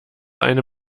eine